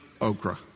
okra